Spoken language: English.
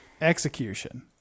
Execution